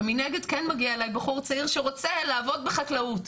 ומנגד כן מגיע אליי בחור צעיר שרוצה לעבוד בחקלאות.